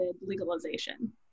legalization